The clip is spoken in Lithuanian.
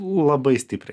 labai stipriai